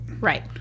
right